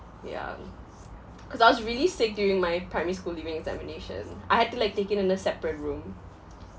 yeah cause I was really sick during my primary school leaving examination I had to like take it in a separate room